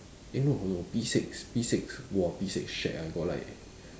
eh no no p six p six !wah! p-six shagged ah got like